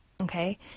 okay